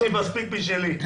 יש לי מספיק משלי.